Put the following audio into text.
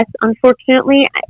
unfortunately